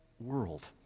world